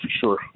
sure